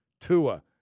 Tua